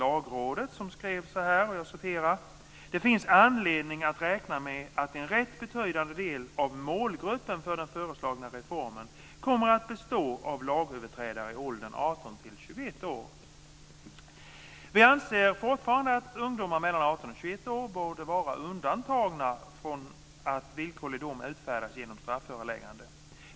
Lagrådet, som skrev: Det finns anledning att räkna med att en rätt betydande del av målgruppen för den föreslagna reformen kommer att bestå av lagöverträdare i åldern 18-21 år. Vi anser fortfarande att ungdomar mellan 18 och 21 år borde vara undantagna från att villkorlig dom utfärdas genom strafföreläggande.